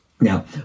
Now